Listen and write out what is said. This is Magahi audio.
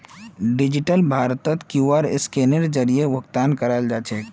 डिजिटल भारतत क्यूआर स्कैनेर जरीए भुकतान कराल जाछेक